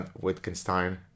Wittgenstein